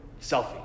selfie